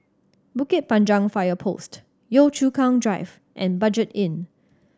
Bukit Panjang Fire Post Yio Chu Kang Drive and Budget Inn